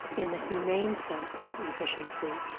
in the humane sense of efficiency,